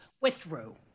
Withdrew